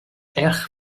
erg